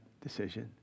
decision